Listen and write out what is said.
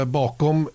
bakom